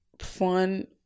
Fun